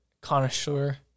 Connoisseur